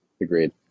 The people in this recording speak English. Agreed